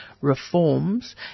reforms